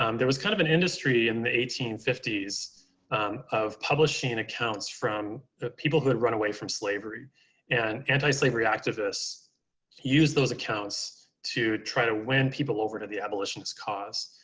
um there was kind of an industry in the eighteen fifty s of publishing and accounts from people who have run away from slavery and anti-slavery activists use those accounts to to win people over to the abolitionist cause.